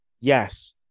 Yes